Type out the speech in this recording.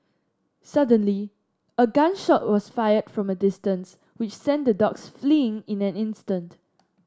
suddenly a gun shot was fired from distance which sent the dogs fleeing in an instant